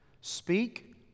Speak